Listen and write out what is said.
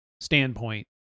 standpoint